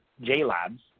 J-Labs